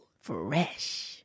Fresh